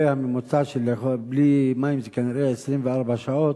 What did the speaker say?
הממוצע של לחיות בלי מים זה כנראה 24 שעות,